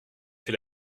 fait